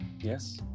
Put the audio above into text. Yes